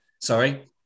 sorry